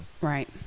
Right